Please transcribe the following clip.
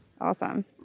Awesome